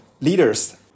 leaders